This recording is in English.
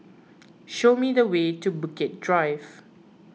show me the way to Bukit Drive